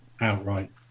outright